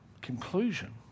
conclusion